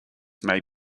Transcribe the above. may